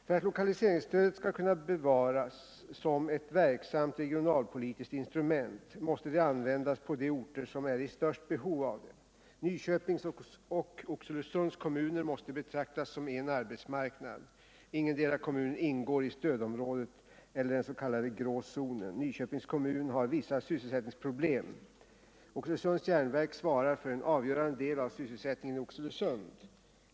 För att lokaliseringsstödet skall kunna bevaras, som ett verksamt regionalpolitiskt instrument, måste det användas på de orter som är i störst behov av det. Nyköpings och Oxelösunds kommuner måste betraktas som en arbetsmarknad. Ingendera kommunen ingår i stödområdet eller den s.k. grå zonen. Nyköpings kommun har vissa sysselsättningsproblem. Oxelösunds Järnverk svarar för en avgörande del av sysselsättningen i Oxelösund.